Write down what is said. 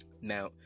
now